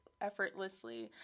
effortlessly